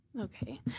Okay